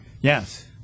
Yes